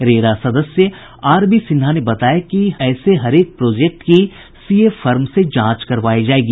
RERA सदस्य R B Sinha ने बताया कि ऐसे हरेक प्रोजेक्ट की सीए फर्म से जांच करवायी जायेगी